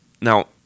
Now